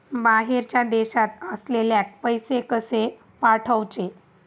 बाहेरच्या देशात असलेल्याक पैसे कसे पाठवचे?